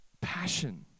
passion